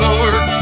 Lord